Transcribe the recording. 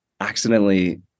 accidentally